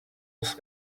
was